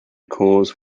cause